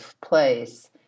place